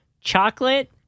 chocolate